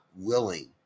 willing